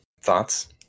Thoughts